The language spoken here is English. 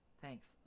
Thanks